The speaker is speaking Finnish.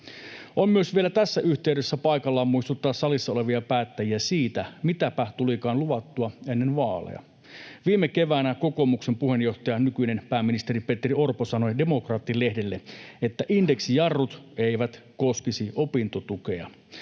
On vielä tässä yhteydessä paikallaan muistuttaa salissa olevia päättäjiä siitä, mitäpä tulikaan luvattua ennen vaaleja. Viime keväänä kokoomuksen puheenjohtaja, nykyinen pääministeri Petteri Orpo sanoi Demokraatti-lehdelle, että indeksijarrut eivät koskisi opintotukea.